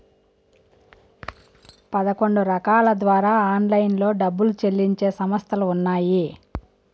పదకొండు రకాల ద్వారా ఆన్లైన్లో డబ్బులు చెల్లించే సంస్థలు ఉన్నాయి